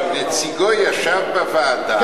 אבל נציגו ישב בוועדה.